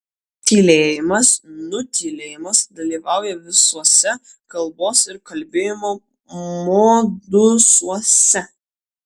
tylėjimas nutylėjimas dalyvauja visuose kalbos ir kalbėjimo modusuose